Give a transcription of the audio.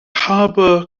harbor